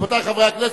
רבותי חברי הכנסת,